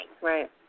Right